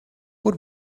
what